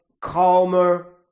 calmer